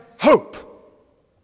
hope